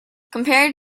compared